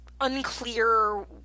unclear